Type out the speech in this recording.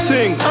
Sing